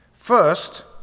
First